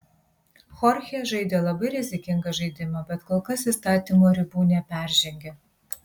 chorchė žaidė labai rizikingą žaidimą bet kol kas įstatymo ribų neperžengė